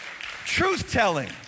truth-telling